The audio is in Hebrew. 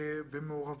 ומעורבות.